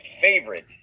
favorite